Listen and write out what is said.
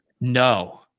No